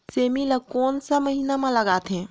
सेमी ला कोन सा महीन मां लगथे?